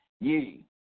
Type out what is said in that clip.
ye